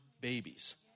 babies